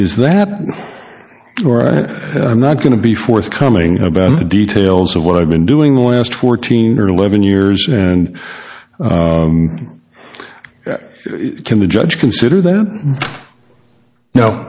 that i'm not going to be forthcoming about the details of what i've been doing last fourteen or eleven years and can the judge consider that no